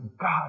God